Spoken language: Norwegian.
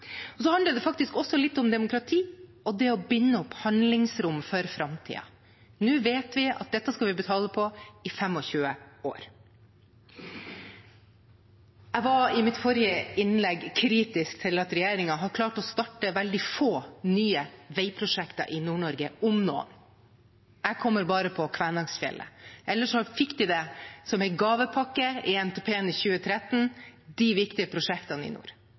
handler faktisk også litt om demokrati og det å binde opp handlingsrom for framtiden. Nå vet vi at vi skal betale på dette i 25 år. Jeg var i mitt forrige innlegg kritisk til at regjeringen har klart å starte veldig få nye veiprosjekter i Nord-Norge, om noen. Jeg kommer bare på Kvænangsfjellet. Ellers fikk de de viktige prosjektene i nord som en gavepakke i NTP i 2013.